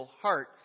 heart